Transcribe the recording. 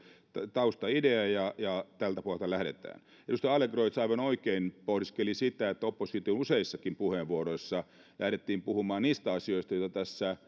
taustaidea ja ja tältä pohjalta lähdetään edustaja adlercreutz aivan oikein pohdiskeli sitä että opposition useissakin puheenvuoroissa lähdettiin puhumaan niistä asioista joita tässä